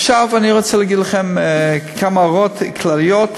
עכשיו אני רוצה להגיד לכם כמה הערות כלליות.